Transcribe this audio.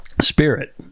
Spirit